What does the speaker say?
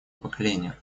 поколения